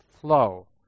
flow